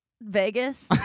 vegas